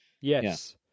Yes